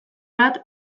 bat